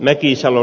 mäkisalo